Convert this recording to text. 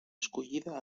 escollida